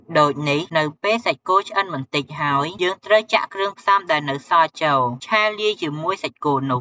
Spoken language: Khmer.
ដូចនេះនៅពេលសាច់គោឆ្អិនបន្តិចហើយ យើងត្រូវចាក់គ្រឿងផ្សំដែលនៅសល់ចូល ឆាលាយជាមួយសាច់គោនោះ។